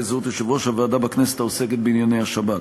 זהות יושב-ראש הוועדה בכנסת העוסקת בענייני השב"כ.